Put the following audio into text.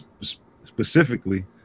specifically